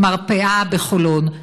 במרפאה בחולון.